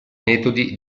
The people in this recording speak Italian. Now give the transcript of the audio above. metodi